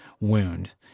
wound